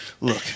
Look